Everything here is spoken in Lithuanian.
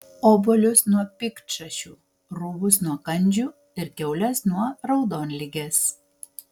obuolius nuo piktšašių rūbus nuo kandžių ir kiaules nuo raudonligės